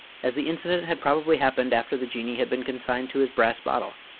as the incident had probably happened after the jinnee had been consigned to his brass bottle,